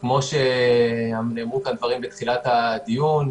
כמו שנאמרו כאן דברים בתחילת הדיון,